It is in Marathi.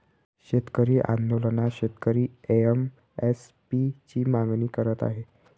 शेतकरी आंदोलनात शेतकरी एम.एस.पी ची मागणी करत आहे